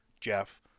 Jeff